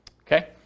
okay